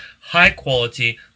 high-quality